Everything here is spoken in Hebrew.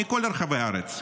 מכל רחבי הארץ.